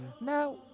Now